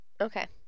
Okay